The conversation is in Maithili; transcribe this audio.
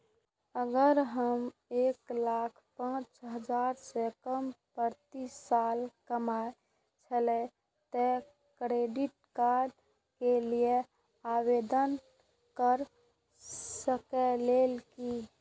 अगर हम एक लाख पचास हजार से कम प्रति साल कमाय छियै त क्रेडिट कार्ड के लिये आवेदन कर सकलियै की?